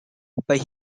but